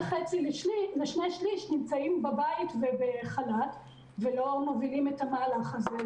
חצי לשני שליש נמצאים בבית ובחל"ת ולא מובילים את המהלך הזה,